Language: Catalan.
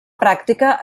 pràctica